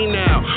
now